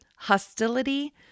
hostility